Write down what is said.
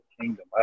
Kingdom